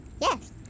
Yes